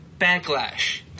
backlash